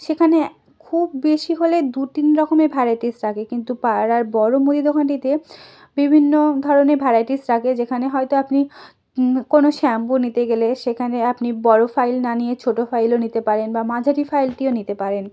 সেখানে খুব বেশি হলে দু তিন রকমের ভ্যারাইটিস রাখে কিন্তু পাড়ার বড়ো মুদির দোকানটিতে বিভিন্ন ধরনের ভ্যারাইটিস রাখে যেখানে হয়তো আপনি কোনো শ্যাম্পু নিতে গেলে সেখানে আপনি বড়ো ফাইল না নিয়ে ছোটো ফাইলও নিতে পারেন বা মাঝারি ফাইলটিও নিতে পারেন